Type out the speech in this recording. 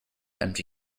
empty